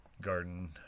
garden